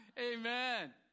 Amen